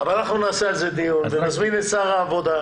אנחנו נעשה על זה דיון ונזמין את שר העבודה,